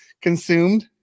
consumed